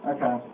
Okay